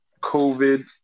COVID